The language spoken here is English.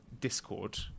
Discord